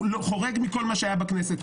הוא חורג מכל מה שהיה בכנסת.